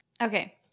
Okay